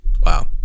Wow